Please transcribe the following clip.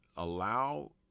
Allow